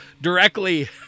directly